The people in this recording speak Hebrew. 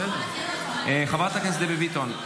חברת הכנסת דבי ביטון.